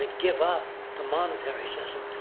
ah give up the monetary system,